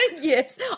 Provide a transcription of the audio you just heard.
Yes